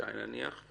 ישי נניח,